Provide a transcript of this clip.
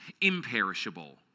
imperishable